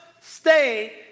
stay